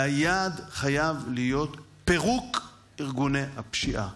והיעד חייב להיות פירוק ארגוני הפשיעה.